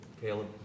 Caleb